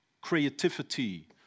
creativity